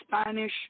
Spanish